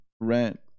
rent